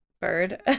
Bird